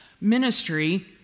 ministry